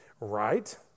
right